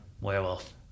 Werewolf